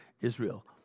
Israel